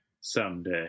someday